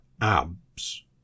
abs